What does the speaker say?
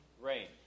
Rain